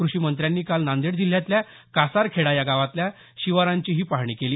क्रषीमंत्र्यांनी काल नांदेड जिल्ह्यातल्या कासारखेडा या गावातल्या शिवारांचीही पाहणी केली